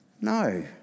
No